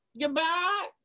goodbye